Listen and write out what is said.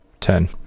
Ten